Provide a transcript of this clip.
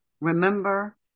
Remember